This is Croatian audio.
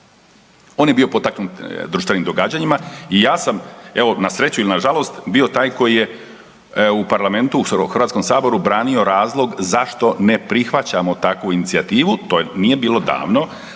On je bio potaknut društvenim događanjima i ja sam, evo, na sreću ili na žalost bio taj koji je u parlamentu, u HS-u branio razlog zašto ne prihvaćamo takvu inicijativu, to nije bilo davno,